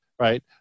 right